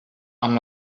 amb